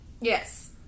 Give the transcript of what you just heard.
Yes